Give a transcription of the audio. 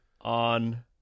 on